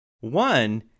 One